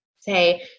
say